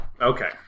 okay